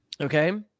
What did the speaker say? okay